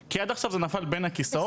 נכון.